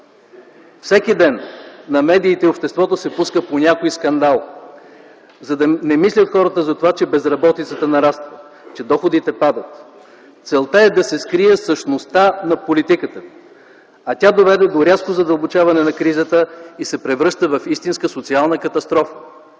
Всеки ден на медиите и обществото се пуска по някой скандал, за да не мислят хората за това, че безработицата нараства, че доходите падат. Целта е да се скрие същността на политиката, а тя доведе до рязко задълбочаване на кризата и се превръща в истинска социална катастрофа.